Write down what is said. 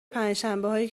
پنجشنبههایی